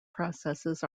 processes